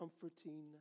comforting